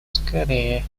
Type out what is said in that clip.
скорее